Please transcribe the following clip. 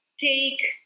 take